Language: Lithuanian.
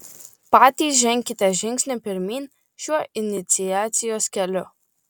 patys ženkite žingsnį pirmyn šiuo iniciacijos keliu